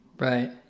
Right